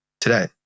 today